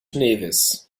nevis